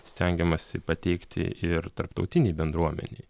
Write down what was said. stengiamasi pateikti ir tarptautinei bendruomenei